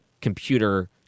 computer